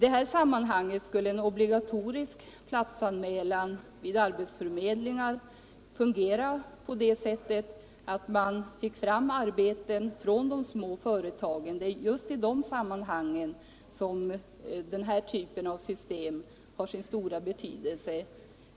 En obligatorisk platsanmälan vid arbetsförmedlingar skulle fungera så att man fick fram uppgifter om lediga arbeten vid de små företagen. Det är just i sådana sammanhang som denna typ av system har sin stora betydelse.